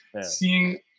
seeing